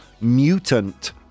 mutant